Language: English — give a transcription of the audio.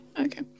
okay